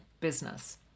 business